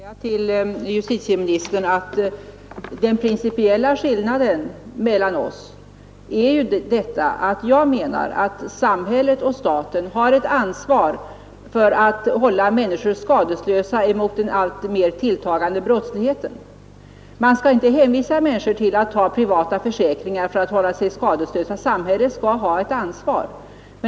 Herr talman! Jag vill bara säga till justitieministern att den principiella skillnaden mellan oss är ju att jag menar att samhället och staten har ett ansvar för att hålla människor skadeslösa gentemot den alltmer tilltagande brottsligheten. Man bör inte hänvisa människor till att ta privata försäkringar för att hålla sig skadeslösa — samhället bör ha ett ansvar i detta fall.